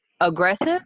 aggressive